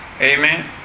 Amen